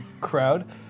crowd